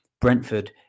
Brentford